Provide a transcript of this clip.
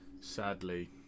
sadly